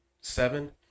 seven